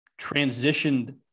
transitioned